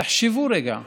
תחשבו רגע: